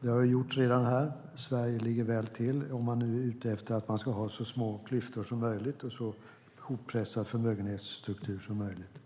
Det har redan gjorts här. Sverige ligger väl till om man nu är ute efter att man ska ha så små klyftor som möjligt och en så hoppressad förmögenhetsstruktur som möjligt.